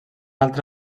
altre